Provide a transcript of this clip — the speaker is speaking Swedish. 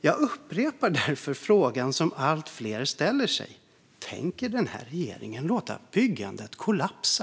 Jag upprepar därför frågan som allt fler ställer sig: Tänker den här regeringen låta byggandet kollapsa?